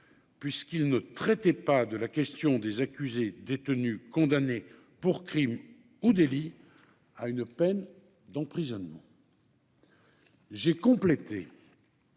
puisqu'il ne traitait pas de la question des accusés détenus condamnés pour Crime ou délit à une peine d'emprisonnement. J'ai complété.